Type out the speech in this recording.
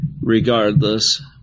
regardless